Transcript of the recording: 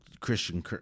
Christian